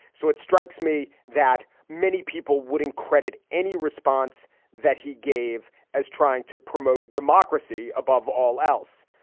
so it strikes me that many people wouldn't credit any response that he gave as trying to promote democracy above all else.